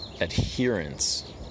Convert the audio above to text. adherence